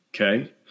Okay